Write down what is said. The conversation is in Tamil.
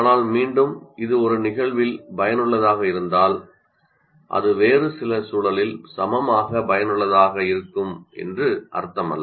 ஆனால் மீண்டும் இது ஒரு நிகழ்வில் பயனுள்ளதாக இருந்தால் அது வேறு சில சூழலில் சமமாக பயனுள்ளதாக இருக்கும் என்று அர்த்தமல்ல